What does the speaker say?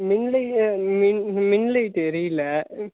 மின்லை மின் மின்லைட் எரியவில ம்